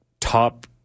top